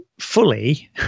fully